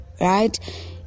right